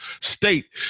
state